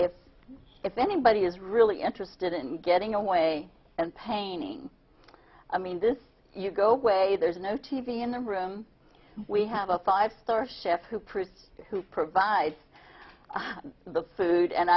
if if anybody is really interested in getting away and painting i mean this you go way there's no t v in the room we have a five star chef who produce who provides the food and